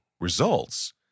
results